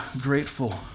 grateful